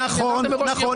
נכון,